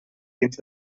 dins